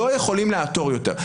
לא יכולים לעתור יותר.